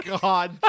god